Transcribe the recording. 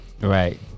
Right